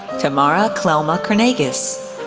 thamara clelma kernagis,